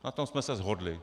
Na tom jsme se shodli.